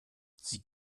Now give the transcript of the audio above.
sie